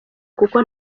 kuko